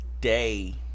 day